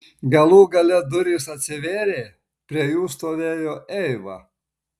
galų gale durys atsivėrė prie jų stovėjo eiva